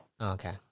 Okay